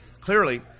clearly